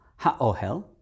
HaOhel